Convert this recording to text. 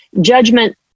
judgment